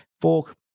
Fork